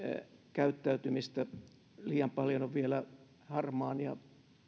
käyttäytymistä liian paljon on vielä harmaan ja